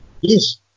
Yes